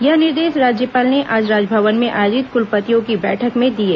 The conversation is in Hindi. यह निर्देश राज्यपाल ने आज राजभवन में आयोजित कलपतियों की बैठक में दिए